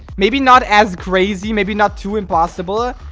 maybe not as crazy maybe not too impossible,